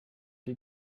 die